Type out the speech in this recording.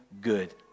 good